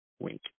Wink